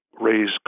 raise